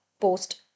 post